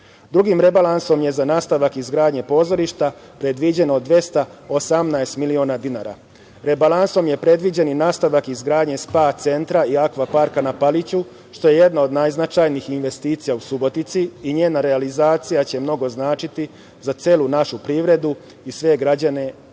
rebalansom je za nastavak izgradnje pozorišta predviđeno 218 miliona dinara. Rebalansom je predviđen i nastavak izgradnje spa centra i akva parka na Paliću, što je jedna od najznačajnijih investicija u Subotici i njena realizacija će mnogo značiti za celu našu privredu i sve građane u